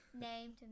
named